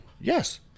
Yes